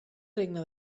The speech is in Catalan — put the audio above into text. regne